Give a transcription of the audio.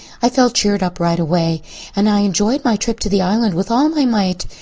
i felt cheered up right away and i enjoyed my trip to the island with all my might.